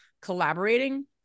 collaborating